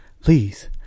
Please